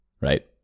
right